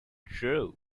true